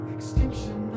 Extinction